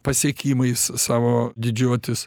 pasiekimais savo didžiuotis